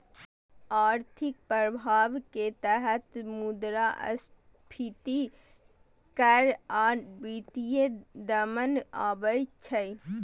आर्थिक प्रभाव के तहत मुद्रास्फीति कर आ वित्तीय दमन आबै छै